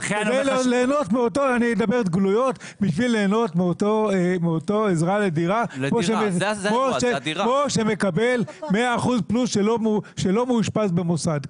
כדי ליהנות מאותה עזרה לדירה כמו שמקבל 100% פלוס שלא מאושפז במוסד.